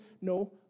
no